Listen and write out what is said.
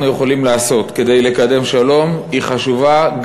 יכולים לעשות כדי לקדם שלום היא חשובה,